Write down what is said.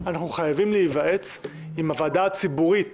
אנחנו חייבים להיוועץ עם הוועדה הציבורית